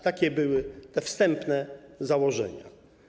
Takie były te wstępne założenia.